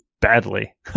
badly